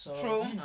True